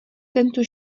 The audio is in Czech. tento